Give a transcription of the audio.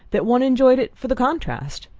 that one enjoyed it for the contrast.